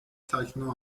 تکنو